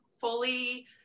fully